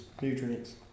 nutrients